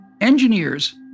engineers